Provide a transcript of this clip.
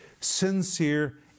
sincere